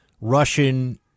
Russian